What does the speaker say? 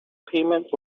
payment